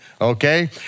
okay